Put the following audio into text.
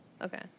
Okay